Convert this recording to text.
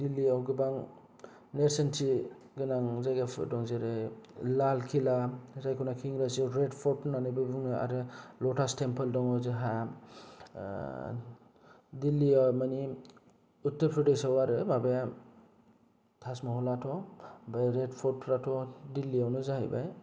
दिल्लीआव गोबां नेरसोनथि गोनां जायगाफोर दं जेरै लालकिला जायखौनाखि इंराजिआव रेद पर्ट होननानैबो बुङो आरो लटास टेम्पोल दङ जोंहा दिललीआव मानि उत्तर प्रदेशआव आरो माबाया ताजमहलाथ' रेद पर्ट फ्राथ' दिल्लीआवनो जाहैबाय